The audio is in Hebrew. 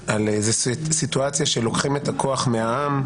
על איזו סיטואציה שבה לוקחים את הכוח מהעם,